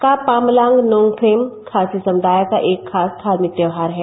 का पांबलांग नॉगखेम खासी समुदाय का एक खास धार्मिक त्यौहार है